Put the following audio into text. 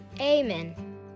Amen